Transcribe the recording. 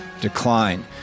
decline